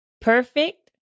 Perfect